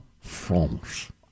France